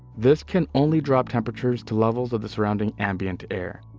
this can only drop temperatures to level of the surrounding ambient air,